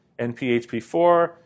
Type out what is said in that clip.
NPHP4